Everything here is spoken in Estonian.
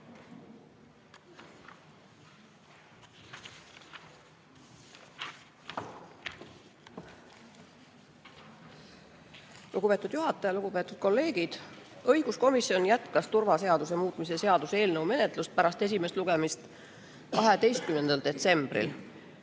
Lugupeetud juhataja! Lugupeetud kolleegid! Õiguskomisjon jätkas turvaseaduse muutmise seaduse eelnõu menetlust pärast esimest lugemist 12. detsembril.